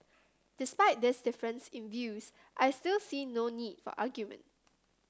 despite this difference in views I still see no need for argument